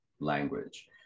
language